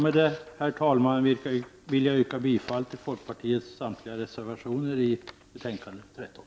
Med detta, herr talman, vill jag yrka bifall till samtliga folkpartiets reservationer i socialförsäkringsutskottets betänkande 13.